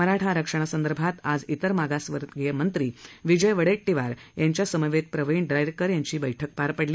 मराठा आरक्षण संदर्भात आज इतर मागासवर्गीय मंत्री विजय वड्डेटीवर यांच्यासमवेत प्रविण दरेकर यांची बैठक पार पडली